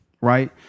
Right